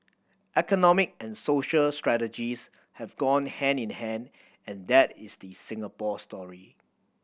economic and social strategies have gone hand in hand and that is the Singapore story